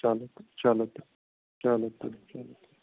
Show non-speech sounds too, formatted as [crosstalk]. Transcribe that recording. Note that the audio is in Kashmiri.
چلو [unintelligible] چلو [unintelligible] چلو تُلِو چلو [unintelligible]